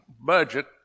budget